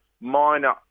minor